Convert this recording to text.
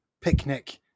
picnic